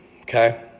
okay